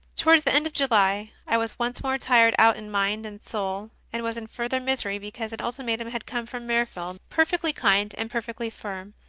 towards the end of july i was once more tired out in mind and soul, and was in further misery because an ultimatum had come from mirfield, perfectly kind and perfectly firm,